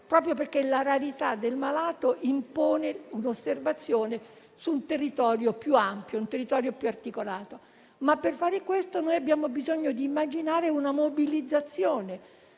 proprio perché la rarità del malato impone un'osservazione su un territorio più ampio e articolato. Per fare questo, però, abbiamo bisogno di immaginare una mobilizzazione